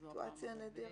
זאת סיטואציה נדירה.